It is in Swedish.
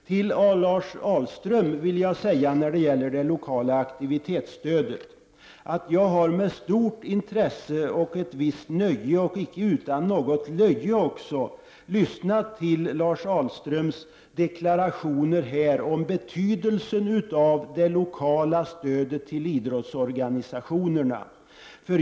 Till Lars Ahlström vill jag säga följande när det gäller det lokala aktivitetsstödet. Jag har med stort intresse, ett visst nöje och icke utan löje lyssnat till Lars Ahlströms deklarationer om betydelsen av det lokala stödet till idrottsorganisationerna.